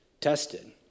tested